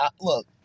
Look